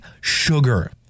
sugar